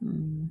mm